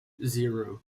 zero